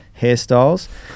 hairstyles